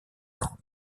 andes